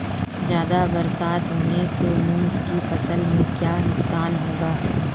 ज़्यादा बरसात होने से मूंग की फसल में क्या नुकसान होगा?